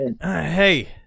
Hey